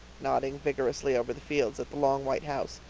nodding vigorously over the fields at the long white house,